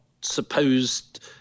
supposed